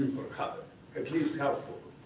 at least half full.